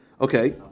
Okay